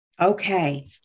Okay